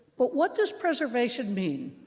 but what does preservation mean?